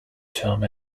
term